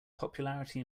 popularity